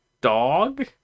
dog